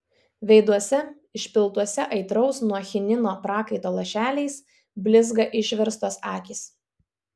veiduose išpiltuose aitraus nuo chinino prakaito lašeliais blizga išverstos akys